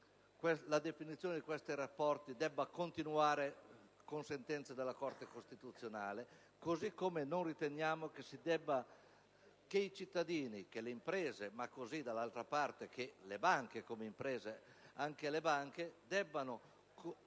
la definizione di questi rapporti debba continuare con sentenze della Corte costituzionale, così come non riteniamo che i cittadini e le imprese e, dall'altra parte, le banche (imprese anch'esse) debbano